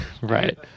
Right